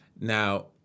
Now